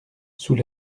sous